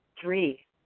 Three